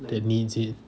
that needs it